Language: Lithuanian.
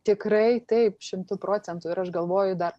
tikrai taip šimtu procentų ir aš galvoju dar